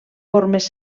formes